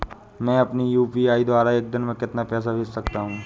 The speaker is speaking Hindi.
मैं यू.पी.आई द्वारा एक दिन में कितना पैसा भेज सकता हूँ?